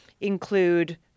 include